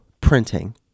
printing